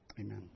Amen